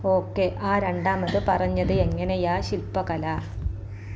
okay ആ രണ്ടാമത് പറഞ്ഞത് എങ്ങനെയാണ് ശിൽപ്പകല